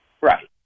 Right